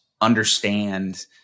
understand